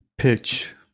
pitch